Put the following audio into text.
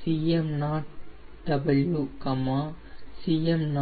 Cm0W Cm0t